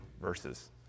verses